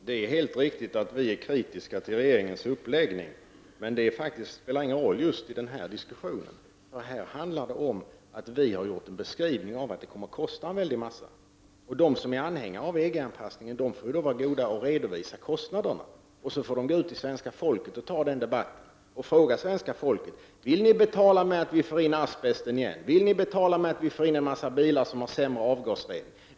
Herr talman! Det är helt riktigt att vi är kritiska till regeringens uppläggning. Men det spelar ingen roll just i den här diskussionen. Här handlar det om att vi har gjort en beskrivning — det här kommer ju att kosta väldigt mycket. De som är anhängare av EG-anpassningen får lov att redovisa kostnaderna och sedan får man möta svenska folket i den debatten. Det gäller att fråga svenska folket: Vill ni betala för att få in asbesten igen? Vill ni betala för att vi får in en mängd produkter för vilka gäller t.ex. sämre avgasregler?